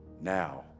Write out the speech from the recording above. now